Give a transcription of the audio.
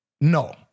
No